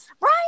right